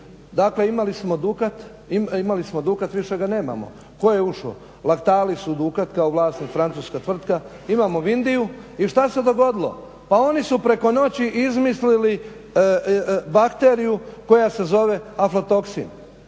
Dakle imali smo DUKAT, više ga nemamo. Tko je ušao? Laktali su u DUKAT, kao vlasnik, francuska tvrtka. Imamo Vindiju i što se dogodilo? Pa oni su preko noći izmislili bakteriju koja se zove aflotoksin.